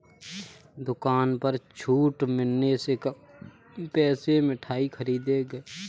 दुकान पर छूट मिलने से कम पैसे में मिठाई खरीदी गई